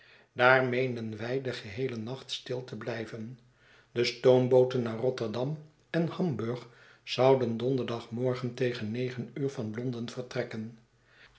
daar meenden wij den geheelen nacht stil te blijven de stoombooten naar rotterdam en hamburg zouden donderdagmorgen tegen negen uur van londen vertrekken